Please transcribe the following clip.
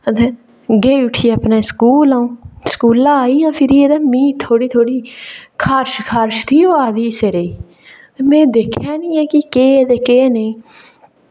ते गेई उठी अपने स्कूल अ'ऊं स्कूला आई जि'यां फिरियै ते मी थोह्ड़ी थोह्ड़ी खारश खारश ही होआ दी सिरै ते में दिक्खेआ निं ऐ कि केह् ऐ केह् निं